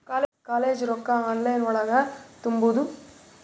College ರೊಕ್ಕ online ಒಳಗ ತುಂಬುದು?